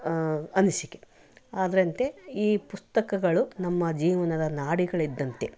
ಅನಿಸಿಕೆ ಅದರಂತೆ ಈ ಪುಸ್ತಕಗಳು ನಮ್ಮ ಜೀವನದ ನಾಡಿಗಳು ಇದ್ದಂತೆ